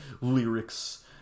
lyrics